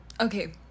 Okay